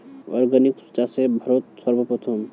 organic চাষে ভারত সর্বপ্রথম